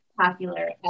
popular